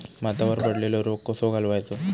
भातावर पडलेलो रोग कसो घालवायचो?